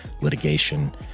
litigation